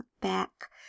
back